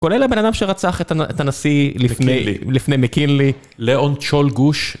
כולל הבן אדם שרצח את הנשיא לפני מקינלי, ליאון צ'ול גוש.